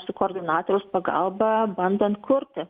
su koordinatoriaus pagalba bandant kurti